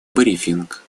брифинг